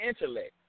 intellect